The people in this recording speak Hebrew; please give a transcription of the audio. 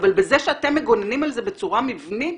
אבל בזה שאתם מגוננים על זה בצורה מבנית